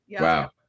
Wow